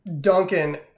Duncan